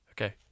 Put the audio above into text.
Okay